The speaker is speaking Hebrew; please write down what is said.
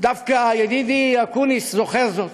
דווקא ידידי אקוניס זוכר זאת.